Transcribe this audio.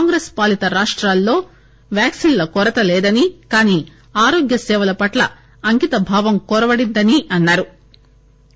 కాంగ్రెస్ పాలీత రాష్టాల్లో వ్యాక్సిన్ల కొరత లేదని కానీ ఆరోగ్య సేవల పట్ట అంకితభావం కొరవడిందని అన్నారు